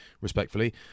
respectfully